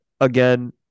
again